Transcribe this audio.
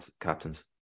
captains